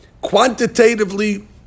quantitatively